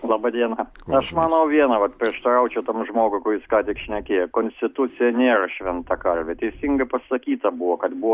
laba diena aš manau vieną vat prieštaraučiau tam žmogui jis ką tik šnekėjo konstitucija nėra šventa karvė teisingai pasakyta buvo kad buvo